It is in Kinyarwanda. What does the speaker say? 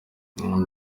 ibi